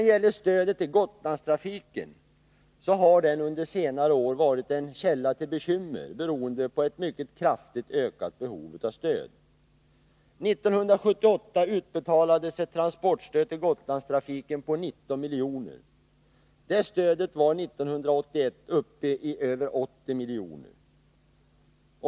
Gotlandstrafiken har under senare år varit en källa till bekymmer, beroende på ett mycket kraftigt ökat behov utav stöd. 1978 utbetalades ett transportstöd till Gotlandstrafiken på 19 miljoner. Det stödet var 1981 uppe i över 80 miljoner.